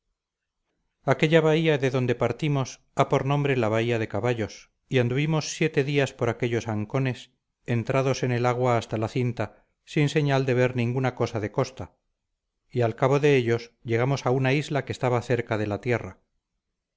aquella bahía de donde partimos ha por nombre la bahía de caballos y anduvimos siete días por aquellos ancones entrados en el agua hasta la cinta sin señal de ver ninguna cosa de costa y al cabo de ellos llegamos a una isla que estaba cerca de la tierra